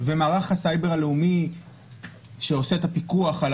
ומערך הסייבר הלאומי שעושה את הפיקוח על